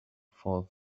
fall